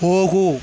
ಹೋಗು